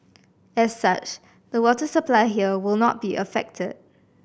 as such the water supply here will not be affected